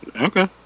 Okay